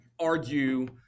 argue